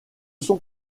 son